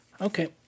Okay